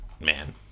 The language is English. Man